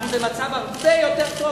אנחנו במצב הרבה יותר טוב,